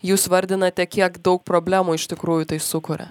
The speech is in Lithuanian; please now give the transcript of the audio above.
jūs vardinate kiek daug problemų iš tikrųjų tai sukuria